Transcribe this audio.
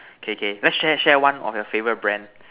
okay okay let's share share one of your favorite brand